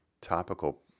topical